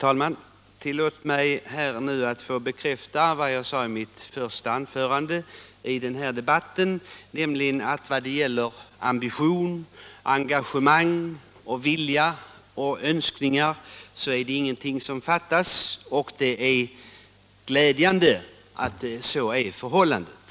Herr talman! Tillåt mig nu bekräfta vad jag sade i mitt första anförande i den här debatten, nämligen att vad gäller ambition, engagemang, vilja och önskningar fattas det ingenting. Det är glädjande att så är förhållandet.